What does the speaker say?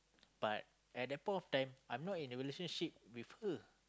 but at that point of time I am not in relationship with her